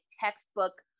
textbook